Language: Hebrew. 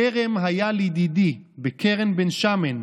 "כרם היה לידידי בקרן בן שמן.